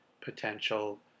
potential